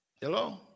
Hello